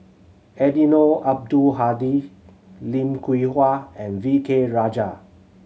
Eddino Abdul Hadi Lim Hwee Hua and V K Rajah